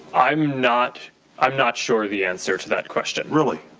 i'm not i'm not sure of the answer to that question. really?